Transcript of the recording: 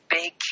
big